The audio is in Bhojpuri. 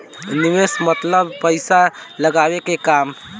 निवेस मतलब पइसा लगावे के काम